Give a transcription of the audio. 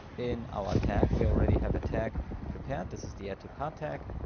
in our tag, we already have a tag prepared, this is the add to cart tag,